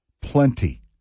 plenty